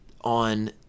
on